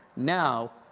now,